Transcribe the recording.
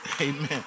Amen